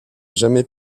jamais